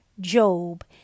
Job